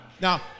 Now